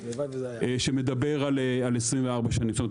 שמדבר על 24 שנים.